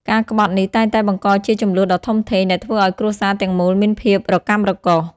ការក្បត់នេះតែងតែបង្កជាជម្លោះដ៏ធំធេងដែលធ្វើឲ្យគ្រួសារទាំងមូលមានភាពរកាំរកូស។